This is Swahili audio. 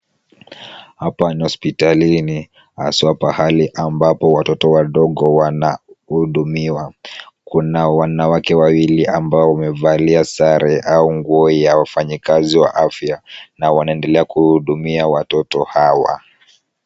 Hapa ni hospitalini haswa pahali ambapo watoto wadogo wanahudumiwa. Kuna wanawake wawili ambao wamevalia sare au nguo ya wafanyikazi wa afya na wanaendelea kuhudumia watoto hawa.